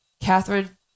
Catherine